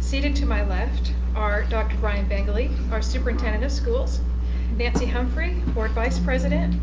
seated to my left are dr. brian binggeli, our superintendent of schools nancy humphrey, board vice president